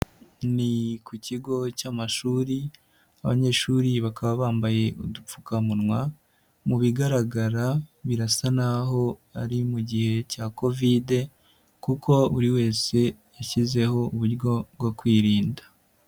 Ni ku kigo cy amashuri abanyeshuri bakaba bambaye udupfukamunwa mu bigaragara birasa naho ari mu gihe cya covid kuko buri wese yashyizeho uburyo bwo kwirinda.